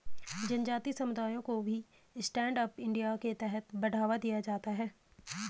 जनजाति समुदायों को भी स्टैण्ड अप इंडिया के तहत बढ़ावा दिया जाता है